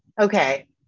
Okay